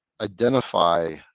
identify